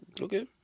Okay